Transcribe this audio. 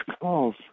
calls